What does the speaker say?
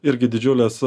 irgi didžiulės